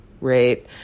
right